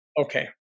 Okay